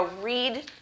read